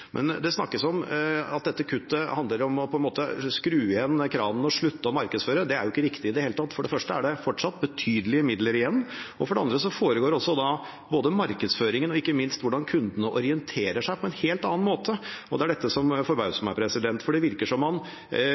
Men det snakkes om at dette kuttet handler om å skru igjen kranen og slutte med å markedsføre. Det er jo ikke riktig i det hele tatt. For det første er det fortsatt betydelige midler igjen, og for det andre foregår markedsføringen, og ikke minst hvordan kundene orienterer seg, på en helt annen måte. Og det er dette som forbauser meg, for det virker som om man